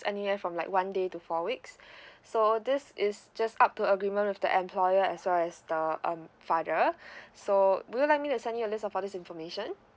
anywhere from like one day to four weeks so this is just up to agreement with the employer as well as the um father so would you like me to send you a list of all these information